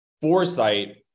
foresight